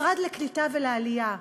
משרד העלייה והקליטה,